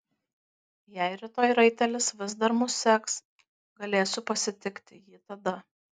jei rytoj raitelis vis dar mus seks galėsiu pasitikti jį tada